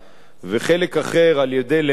וחלק אחר על-ידי, למשל,